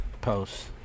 post